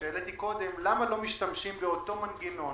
שהעליתי קודם היא למה לא משתמשים באותו מנגנון